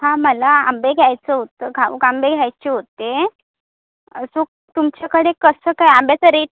हां मला आंबे घ्यायचं होतं घाऊक आंबे घ्यायचे होते सो तुमच्याकडे कसं काय आंब्याचा रेट